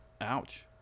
ouch